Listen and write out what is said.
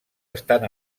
estan